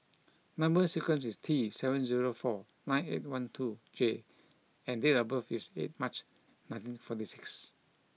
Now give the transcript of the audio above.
number sequence is T seven zero four nine eight one two J and date of birth is eighth March nineteen forty six